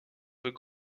veut